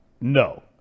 No